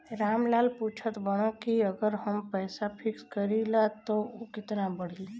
राम लाल पूछत बड़न की अगर हम पैसा फिक्स करीला त ऊ कितना बड़ी?